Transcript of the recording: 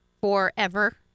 forever